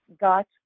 got